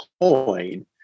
coin